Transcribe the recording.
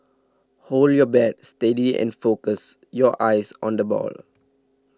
hold your bat steady and focus your eyes on the ball